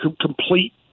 complete